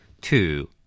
two